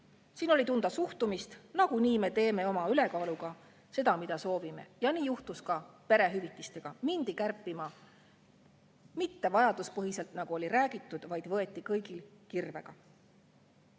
Siin oli tunda suhtumist: nagunii me teeme oma ülekaalu abil seda, mida soovime. Ja nii juhtus ka perehüvitistega: mindi kärpima, mitte vajaduspõhiselt, nagu oli räägitud, vaid võeti kõigilt kirvega.